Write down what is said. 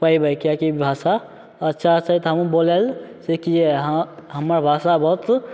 पयबै किएकि ई भाषा अच्छा छै तऽ हमहूँ बोलल सीखियै हँ हमर भाषा बहुत